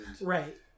Right